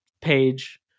Page